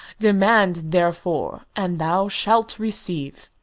demand, therefore, and thou shalt receive.